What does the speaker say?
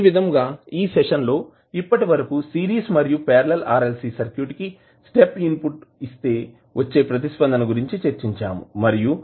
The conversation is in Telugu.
ఈ విధంగా ఈ సెషన్ లో ఇప్పటివరకు సిరీస్ మరియు పార్లల్ RLC సర్క్యూట్ కి స్టెప్ ఇన్పుట్ ఇస్తే వచ్చే ప్రతిస్పందన గురించి చర్చించాము మరియు